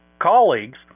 colleagues